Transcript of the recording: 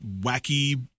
wacky